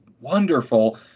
wonderful